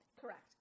Correct